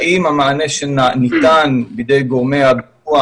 האם המענה שניתן בידי גורמי הפיקוח